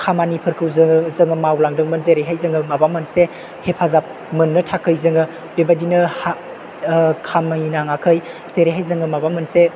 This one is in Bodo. खामानिफोरखौ जोङो जोङो मावलांदोंमोन जेरैहाय जोङो माबा मोनसे हेफाजाब मोननो थाखाय जोङो बेबायदिनो खामाय नाङाखै जेरैहाय जोङो माबा मोनसे